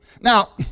Now